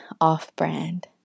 off-brand